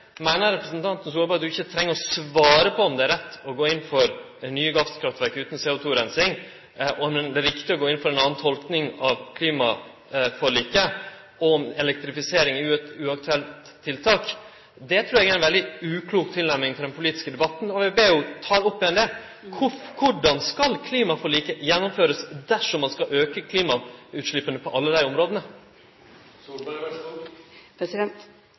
Meiner representanten Solberg at ho ikkje treng å svare på om det er rett å gå inn for nye gasskraftverk utan CO2-reinsing, om det er viktig å gå inn for ei anna tolking av klimaforliket, og om elektrifisering er eit uaktuelt tiltak? Det trur eg er ei veldig uklok tilnærming til den politiske debatten, og eg vil be ho ta det opp att. Korleis skal klimaforliket gjennomførast dersom ein skal auke klimautsleppa på alle dei områda? Hvis jeg får lov å begynne med elektrifisering, så